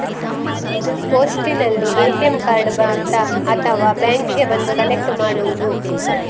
ಪೋಸ್ಟಿನಲ್ಲಿ ATM card ಬರುತ್ತಾ ಅಥವಾ ಬ್ಯಾಂಕಿಗೆ ಬಂದು ಕಲೆಕ್ಟ್ ಮಾಡುವುದು?